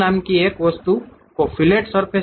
नाम की एक और वस्तु है फिलेट सर्फ़ेस